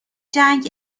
جنگ